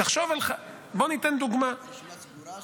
בוא ניתן דוגמה --- רשימה סגורה,